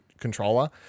controller